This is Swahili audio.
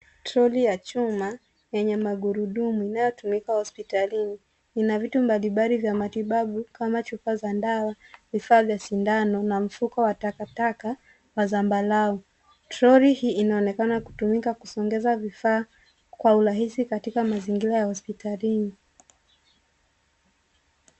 Troli ya chuma yenye magurudumu inayotumika hospitalini. Ina vitu mbalimbali vya matibabu kama chupa za dawa, vifaa vya sindano na mfuko wa takataka wa zambarau. Troli hii inaonekana kutumika kusongeza vifaa kwa urahisi katika mazingira ya hospitalini.